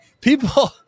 people